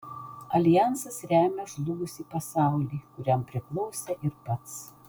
aljansas remia žlugusį pasaulį kuriam priklausė ir pats